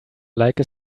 like